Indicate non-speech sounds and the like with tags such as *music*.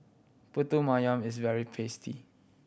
pulut *unintelligible* is very tasty